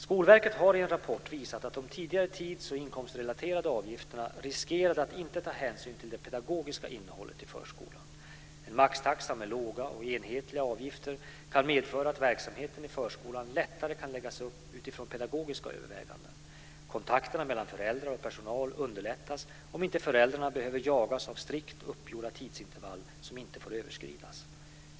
Skolverket har i en rapport visat att de tidigare tids och inkomstrelaterade avgifterna riskerade att inte ta hänsyn till det pedagogiska innehållet i förskolan. En maxtaxa med låga och enhetliga avgifter kan medföra att verksamheten i förskolan lättare kan läggas upp utifrån pedagogiska överväganden. Kontakterna mellan föräldrar och personal underlättas om inte föräldrarna behöver jagas av strikt uppgjorda tidsintervall som inte får överskridas.